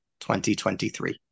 2023